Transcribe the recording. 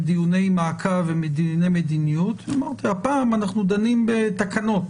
דיוני מעקב ודיוני מדיניות והפעם אנחנו דנים בתקנות